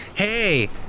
Hey